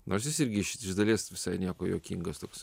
nors jis irgi iš iš dalies visai nieko juokingas toks